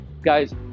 Guys